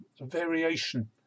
variation